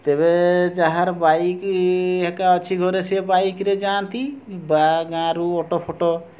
ତେବେ ଯାହାର ବାଇକ୍ ହେକା ଅଛି ଘରେ ସିଏ ବାଇକ୍ରେ ଯାଆନ୍ତି ବା ଗାଁରୁ ଅଟ ଫଟ